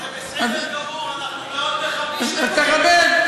זה בסדר גמור, אנחנו מאוד מכבדים, אז תכבד.